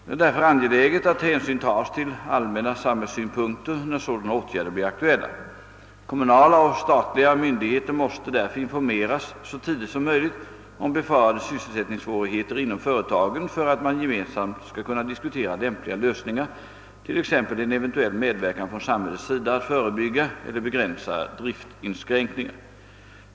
Det är därför angeläget att hänsyn tas till allmänna samhällssynpunkter när sådana åtgärder blir aktuella. Kommunala och statliga myndigheter måste informeras så tidigt som möjligt om befarade sysselsättningssvårigheter inom företagen för att man gemensamt skall kunna diskutera lämpliga lösningar, t.ex. en eventuell medverkan från samhällets sida att förebygga eller begränsa driftinskränkningar.